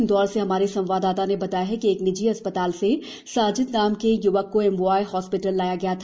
इंदौर से हमारे संवाददाता ने बताया है कि एक निजी अस्पताल से साजिद नाम के य्वक को एमवाय हॉस्पिटल लाया गया था